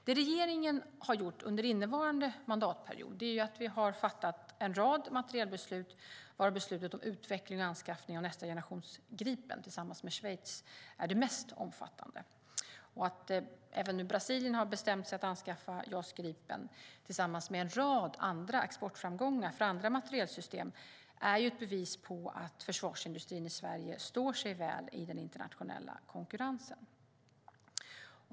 Det regeringen har gjort under innevarande mandatperiod är att vi har fattat en rad materielbeslut, varav beslutet om anskaffning och utveckling av nästa generation Gripen tillsammans med Schweiz är det mest omfattande. Att även Brasilien har bestämt sig för att anskaffa JAS Gripen är tillsammans med en rad exportframgångar för andra materielsystem ett bevis på att försvarsindustrin i Sverige står sig väl i den internationella konkurrensen.